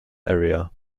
area